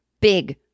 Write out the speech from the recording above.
Big